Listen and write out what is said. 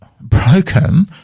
broken